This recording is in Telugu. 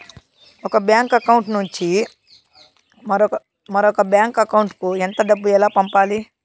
ఒక బ్యాంకు అకౌంట్ నుంచి మరొక బ్యాంకు అకౌంట్ కు ఎంత డబ్బు ఎలా పంపాలి